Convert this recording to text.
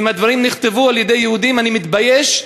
אם הדברים נכתבו על-ידי יהודים אני מתבייש,